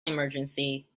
emergency